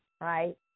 right